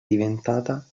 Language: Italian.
diventata